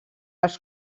els